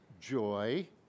joy